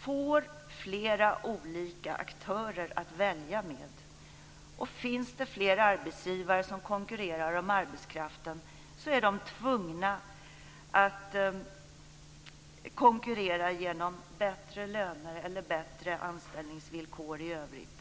får flera olika aktörer att välja mellan. Om det finns fler arbetsgivare som konkurrerar om arbetskraften är de tvungna att konkurrera genom bättre löner eller bättre anställningsvillkor i övrigt.